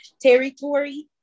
territory